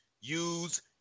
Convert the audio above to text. use